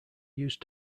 used